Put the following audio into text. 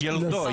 ילדו.